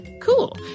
cool